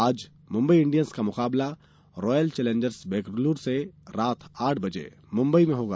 आज मुम्बई इंडियन्स का मुकाबला रॉयल चेलेंजर्स बैंगलोर से रात आठ बजे मुम्बई में होगा